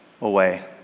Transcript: away